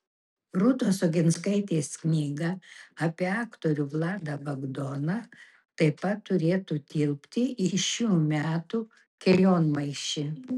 rūtos oginskaitės knyga apie aktorių vladą bagdoną taip pat turėtų tilpti į šių metų kelionmaišį